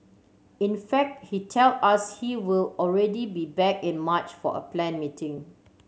in fact he tell us he will already be back in March for a plan meeting